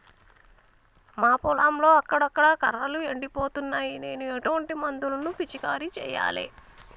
మా పొలంలో అక్కడక్కడ కర్రలు ఎండిపోతున్నాయి నేను ఎటువంటి మందులను పిచికారీ చెయ్యాలే?